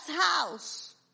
house